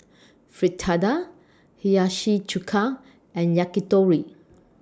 Fritada Hiyashi Chuka and Yakitori